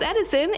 Edison